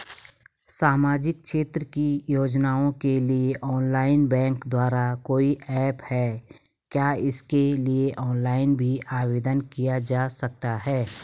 सामाजिक क्षेत्र की योजनाओं के लिए ऑनलाइन बैंक द्वारा कोई ऐप है क्या इसके लिए ऑनलाइन भी आवेदन किया जा सकता है?